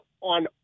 on